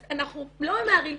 אז אנחנו לא ממהרים.